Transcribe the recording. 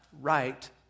right